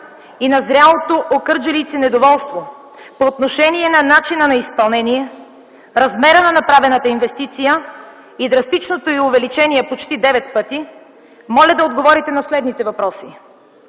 недоволство в кърджалийци по отношение начина на изпълнение, размера на направената инвестиция и драстичното й увеличение - почти 9 пъти, моля да отговорите на следните въпроси: